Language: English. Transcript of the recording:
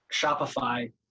Shopify